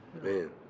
man